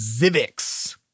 Zivix